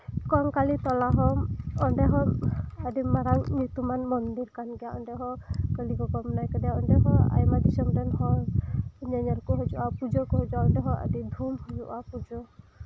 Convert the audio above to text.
ᱠᱚᱝᱠᱟᱞᱤ ᱛᱚᱞᱟᱦᱚᱢ ᱚᱸᱰᱮᱦᱚ ᱟᱹᱰᱤᱢᱟᱨᱟᱝ ᱧᱩᱛᱩᱢᱟᱱ ᱢᱚᱱᱫᱤᱨ ᱠᱟᱱᱜᱮᱭᱟ ᱚᱸᱰᱮᱦᱚ ᱠᱟᱹᱞᱤ ᱜᱚᱜᱚ ᱢᱮᱱᱟᱭ ᱟᱠᱟᱫᱮᱭᱟ ᱚᱸᱰᱮᱦᱚᱸ ᱟᱭᱢᱟ ᱫᱤᱥᱚᱢ ᱨᱮᱱ ᱦᱚᱲ ᱧᱮᱧᱮᱞᱠᱚ ᱦᱤᱡᱩᱜᱼᱟ ᱯᱩᱡᱟᱹᱠᱚ ᱦᱤᱡᱩᱜᱼᱟ ᱚᱸᱰᱮᱦᱚᱸ ᱟᱹᱰᱤ ᱫᱷᱩᱢ ᱦᱩᱭᱩᱜᱼᱟ ᱯᱩᱡᱟᱹ